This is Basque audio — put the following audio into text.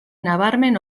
nabarmen